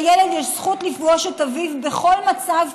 לילד יש זכות לפגוש את אביו בכל מצב,